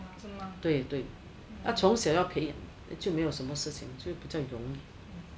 对对要从小培养那就没有什么事情这样比较容易